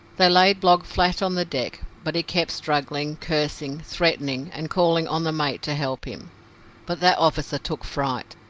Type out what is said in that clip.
they laid blogg flat on the deck, but he kept struggling, cursing, threatening, and calling on the mate to help him but that officer took fright,